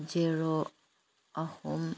zero ꯑꯍꯨꯝ